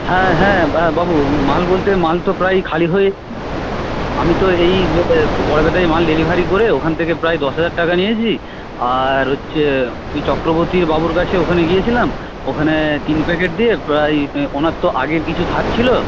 হ্যাঁ হ্যাঁ বাবু মাল বলতে মাল তো প্রায় খালি হয়েই আমি তো এই গড়বেতা থেকে মাল ডেলিভারি করে ওখান থেকে প্রায় দশ হাজার টাকা নিয়েছি আর হচ্ছে ওই চক্রবর্তীবাবুর কাছে ওখানে গিয়েছিলাম ওখানে তিন প্যাকেট দিয়ে প্রায় ওঁর তো আগের কিছু ধার ছিল